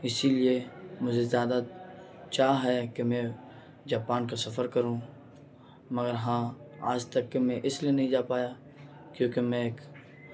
اسی لیے مجھے زیادہ چاہ ہے کہ میں جاپان کا سفر کروں مگر ہاں آج تک کہ میں اس لیے نہیں جا پایا کیونکہ میں ایک